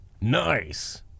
Nice